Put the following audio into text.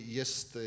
jest